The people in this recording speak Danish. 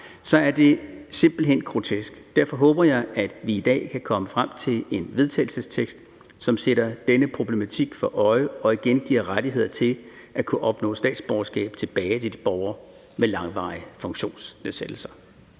at det simpelt hen er grotesk. Derfor håber jeg, at vi i dag kan komme frem til et forslag til vedtagelse, som sætter denne problematik i fokus, så vi igen giver rettigheder til at kunne opnå statsborgerskab for borgere med langvarige funktionsnedsættelser.